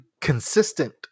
consistent